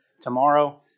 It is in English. tomorrow